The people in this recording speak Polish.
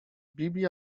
bibi